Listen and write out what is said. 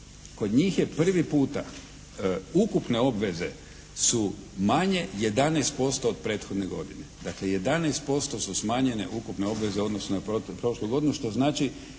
kod njih je prvi puta ukupne obveze su manje 11% od prethodne godine, dakle 11% su smanjene ukupne obveze u odnosu na prošlu godinu što znači